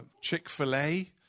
Chick-fil-A